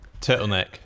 turtleneck